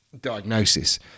diagnosis